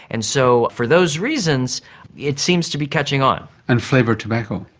and so for those reasons it seems to be catching on. and flavoured tobacco.